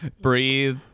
breathe